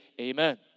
amen